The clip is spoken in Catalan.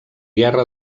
guerra